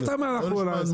לא סתם אנחנו על הסיפור הזה.